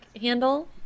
handle